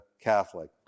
Catholic